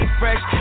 fresh